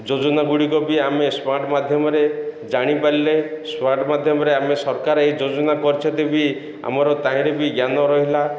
ଯୋଜନା ଗୁଡ଼ିକ ବି ଆମେ ସ୍ମାର୍ଟ ମାଧ୍ୟମରେ ଜାଣିପାରିଲେ ସ୍ମାର୍ଟ ମାଧ୍ୟମରେ ଆମେ ସରକାର ଏଇ ଯୋଜନା କରିଛନ୍ତି ବି ଆମର ତାହିଁରେ ବି ଜ୍ଞାନ ରହିଲା